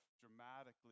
dramatically